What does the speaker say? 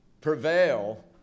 prevail